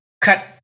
cut